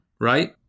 right